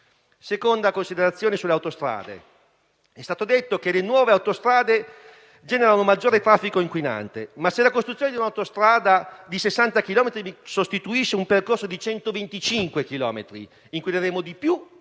seconda considerazione riguarda le autostrade. È stato detto che le nuove autostrade generano maggiore traffico inquinante. Ma se la costruzione di un'autostrada di 60 chilometri sostituisce un percorso di 125 chilometri inquineremmo di più